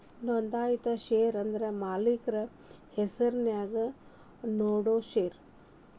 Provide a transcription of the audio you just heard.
ನೋಂದಾಯಿತ ಷೇರ ಅಂದ್ರ ಮಾಲಕ್ರ ಹೆಸರ್ನ್ಯಾಗ ನೇಡೋ ಷೇರ